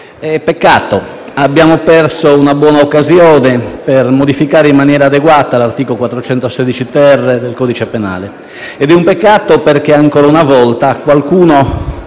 perché abbiamo perso una buona occasione per modificare in maniera adeguata l'articolo 416-*ter* del codice penale. È un peccato perché ancora una volta qualcuno,